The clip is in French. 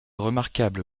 remarquable